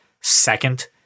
second